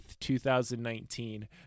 2019